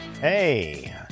Hey